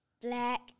black